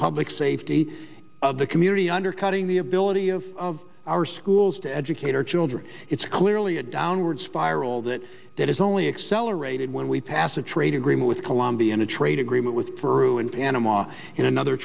public safety of the community undercutting the ability of our schools to educate our children it's clearly a downward spiral that that is only accelerated when we pass a trade agreement with colombia and a trade agreement with for ruined panama and another